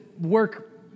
work